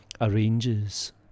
arranges